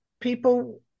people